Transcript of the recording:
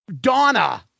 Donna